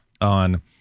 on